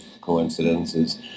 coincidences